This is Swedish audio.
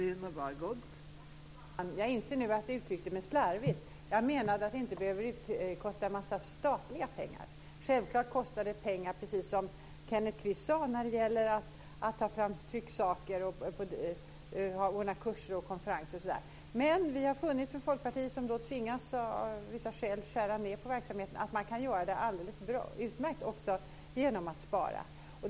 Fru talman! Jag inser nu att jag uttryckte mig slarvigt. Jag menar att det inte behöver kosta en massa statliga pengar. Självklart kostar det pengar, precis som Kenneth Kvist sade, att ta fram trycksaker, att anordna kurser och konferenser osv. Men vi i Folkpartiet, som av vissa skäl tvingas skära ned på verksamheten, har funnit att det går alldeles utmärkt att göra det också genom att spara.